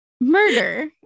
murder